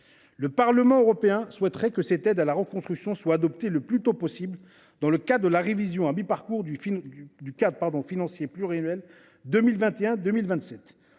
Le Parlement européen souhaiterait que cette aide à la reconstruction soit adoptée le plus tôt possible dans le cadre de la révision à mi-parcours du cadre financier pluriannuel 2021-2027.